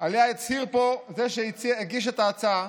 שעליה הצהיר פה זה שהגיש את ההצעה,